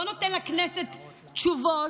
לא נותן לכנסת תשובות,